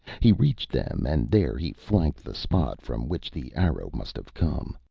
he reached them and there he flanked the spot from which the arrow must have come.